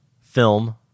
film